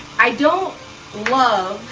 i don't love,